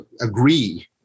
agree